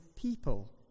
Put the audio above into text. people